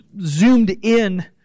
zoomed-in